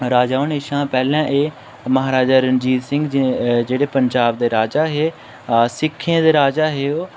राजा होने शा पैह्लें एह् म्हाराजा रंजीत सिंह जेह्ड़े पंजाब दे राजा हे सिक्खें दे राजा हे ओह्